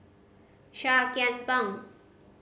Seah Kian Peng